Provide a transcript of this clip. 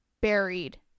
buried